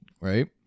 Right